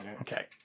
Okay